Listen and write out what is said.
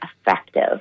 effective